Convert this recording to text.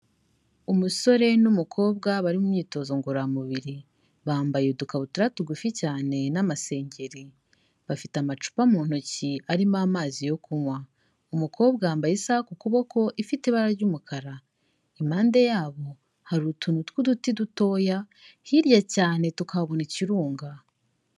Umusore n'umukobwa bari mu myitozo ngororamubiri, bambaye udukabutura tugufi cyane n'amasengeri, bafite amacupa mu ntoki arimo amazi yo kunywa, umukobwa yambaye isaha ku kuboko ifite ibara ry'umukara, impande yabo hari utuntu tw'uduti dutoya, hirya cyane tukahabona ikirunga.